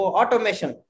automation